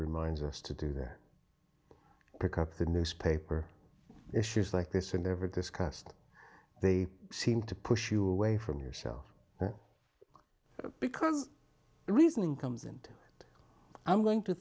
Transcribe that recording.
reminds us to do pick up the newspaper issues like this and never discussed they seem to push you away from yourself because the reasoning comes and i'm going to